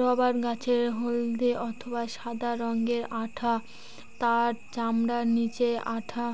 rubber গাছের হল্দে অথবা সাদা রঙের আঠা তার চামড়ার নিচে আঠা